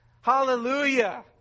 Hallelujah